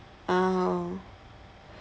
ah